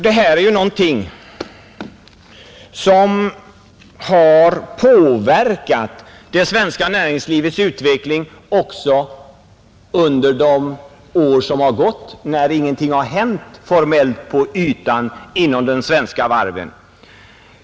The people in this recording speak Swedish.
De eftersatta investeringarna är ett betydelsefullt problem.